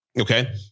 Okay